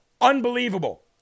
unbelievable